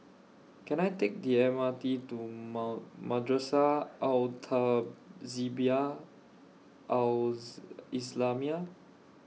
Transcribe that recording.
Can I Take The M R T to Ma Madrasah Al Tahzibiah Al Islamiah